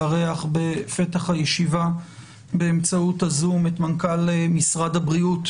לארח בפתח הישיבה את מנכ"ל משרד הבריאות,